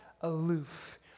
aloof